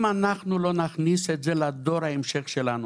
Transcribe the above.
אם אנחנו לא נכניס את זה לדור ההמשך שלנו,